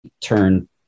turn